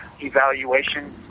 evaluation